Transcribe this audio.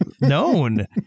known